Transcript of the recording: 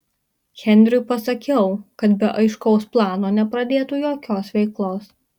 henriui pasakiau kad be aiškaus plano nepradėtų jokios veiklos